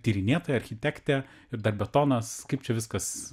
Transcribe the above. tyrinėtoja architekte ir dar betonas kaip čia viskas